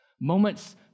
moments